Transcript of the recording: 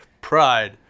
pride